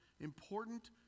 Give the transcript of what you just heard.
important